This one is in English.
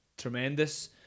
Tremendous